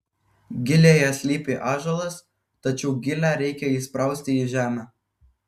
gilėje slypi ąžuolas tačiau gilę reikia įsprausti į žemę